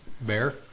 Bear